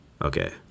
Okay